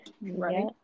Right